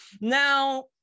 now